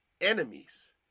enemies